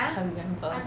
can't remember